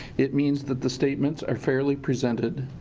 it means that the statements are fairly presented